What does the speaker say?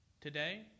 Today